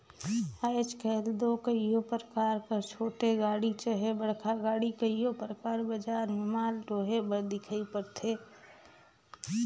आएज काएल दो कइयो परकार कर छोटे गाड़ी चहे बड़खा गाड़ी कइयो परकार बजार में माल डोहे बर दिखई परथे